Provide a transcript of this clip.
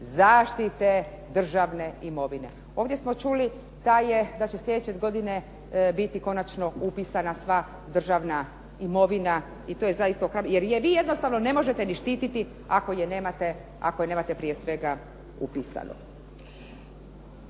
zaštite državne imovine. Ovdje smo čuli da je, da će sljedeće godine biti konačno upisana sva državna imovina i to je zaista, jer je vi jednostavno ne možete ni štititi ako je nemate prije svega upisano.